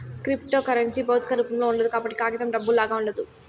cryptocurrency భౌతిక రూపంలో ఉండదు కాబట్టి కాగితం డబ్బులాగా ఉండదు